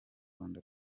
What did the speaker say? rwanda